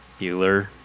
Bueller